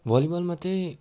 भलिबलमा चाहिँ